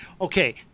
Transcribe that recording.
Okay